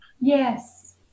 Yes